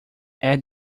add